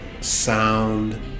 sound